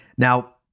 Now